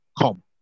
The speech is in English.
Come